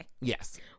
yes